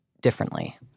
differently